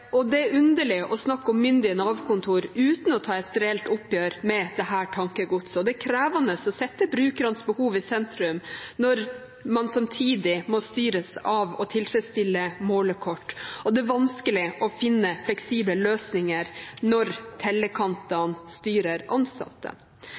Det er underlig å snakke om myndige Nav-kontorer uten å ta et reelt oppgjør med dette tankegodset. Det er krevende å sette brukernes behov i sentrum når man samtidig må styres av og tilfredsstille målekort, og det er vanskelig å finne fleksible løsninger når